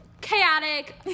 chaotic